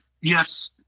Yes